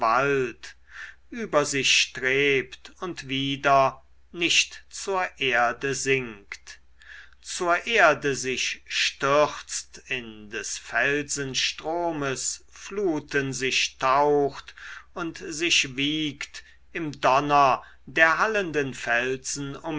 über sich strebt und wieder nicht zur erde sinkt zur erde sich stürzt in des felsenstromes fluten sich taucht und sich wiegt im donner der hallenden felsen